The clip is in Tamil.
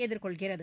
எதிர்கொள்கிறது